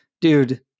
dude